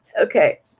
Okay